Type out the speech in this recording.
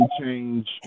change